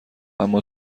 اما